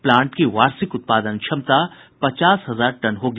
plant की वार्षिक उत्पादन क्षमता पचास हजार टन होगी